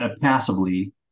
passively